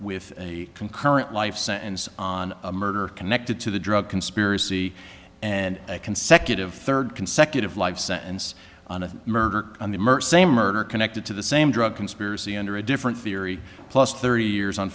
with a concurrent life sentence on a murder connected to the drug conspiracy and consecutive third consecutive life sentence on a murder on the merck say murder connected to the same drug conspiracy under a different theory plus thirty years on